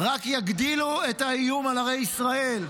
רק יגדילו את האיום על ערי ישראל.